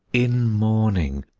in mourning!